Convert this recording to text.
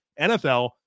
NFL